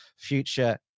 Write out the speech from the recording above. future